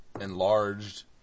enlarged